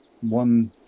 one